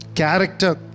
Character